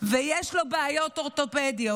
ויש לו בעיות אורתופדיות.